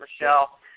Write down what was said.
Michelle